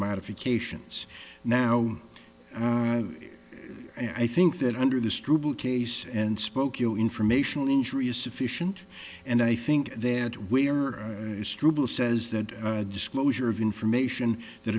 modifications now and i think that under the struble case and spokeo informational injury is sufficient and i think that we are struble says that disclosure of information that